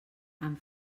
amb